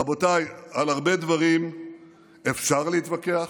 רבותיי, על הרבה דברים אפשר להתווכח,